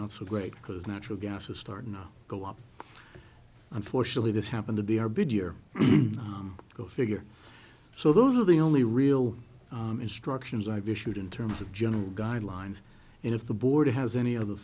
not so great because natural gas is starting to go up unfortunately this happened to be our big year go figure so those are the only real instructions i've issued in terms of general guidelines and if the board has any other